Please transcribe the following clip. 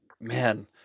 Man